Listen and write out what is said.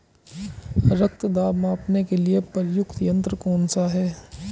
रक्त दाब मापने के लिए प्रयुक्त यंत्र कौन सा है?